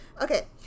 Okay